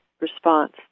response